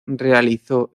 realizó